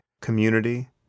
community